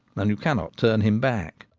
and you cannot turn him back.